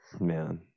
man